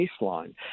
baseline